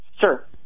Sir